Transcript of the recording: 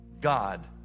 God